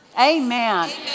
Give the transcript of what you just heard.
Amen